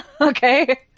Okay